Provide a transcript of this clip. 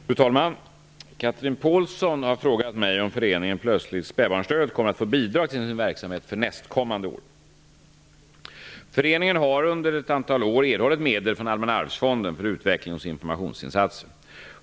Fru talman! Chatrine Pålsson har frågat mig om Föreningen Plötslig spädbarnsdöd kommer att få bidrag till sin verksamhet för nästkommande år. Föreningen har under ett antal år erhållit medel från Allmänna arvsfonden för utvecklings och informationsinsatser.